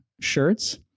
shirts